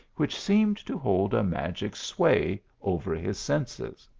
which seemed to hold a magic sway over his senses.